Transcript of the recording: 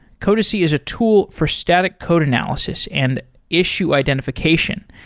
codacy is a tool for static code analysis and issue identification.